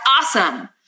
awesome